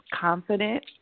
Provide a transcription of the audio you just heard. confident